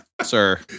sir